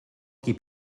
qui